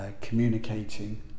communicating